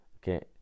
Okay